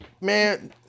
man